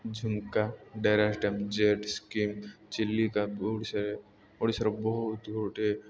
ଝୁମ୍କା Deras dam ଜେଟ୍ ସ୍କିମ୍ ଚିଲିକା ଓଡ଼ିଶାରେ ଓଡ଼ିଶାର ବହୁତ ଗୋଟେ